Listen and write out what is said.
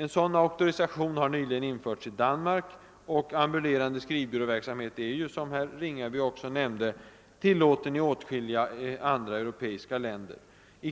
En sådan auktorisation har nyligen införts i Danmark, och ambulerande skrivbyråverksamhet är ju, som herr Ringaby också nämnde, tillåten i åtskilliga andra europeiska länder.